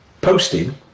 posting